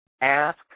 ask